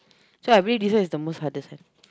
so I believe this one is the most hardest thing